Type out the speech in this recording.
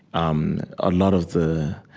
um a lot of the